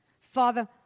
Father